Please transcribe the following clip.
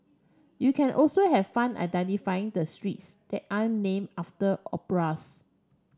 you can also have fun identifying the streets that an named after